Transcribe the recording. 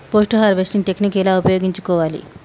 Post harvesting technique ఎలా ఉపయోగించుకోవాలి?